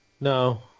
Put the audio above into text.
No